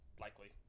likely